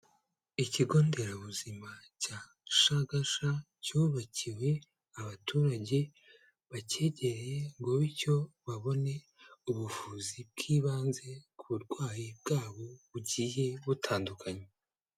Ikigo nderabuzima cya Shagasha cyubakiwe abaturage bacyegereye ngo bityo babone ubuvuzi bw'ibanze, ku burwayi bwabo bugiye butandukanye.